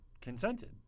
consented